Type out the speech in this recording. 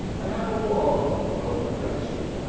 and have a warm, lord bless ye!